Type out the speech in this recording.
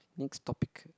next topic